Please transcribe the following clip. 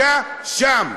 אתה שם,